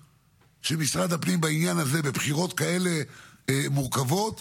היחידים באמת, יושב שם פינדרוס,